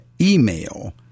email